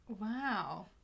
Wow